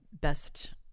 best